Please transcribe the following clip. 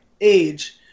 age